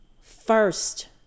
first